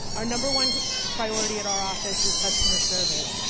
our number one priority at our office is customer service.